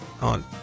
on